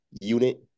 unit